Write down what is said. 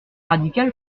radical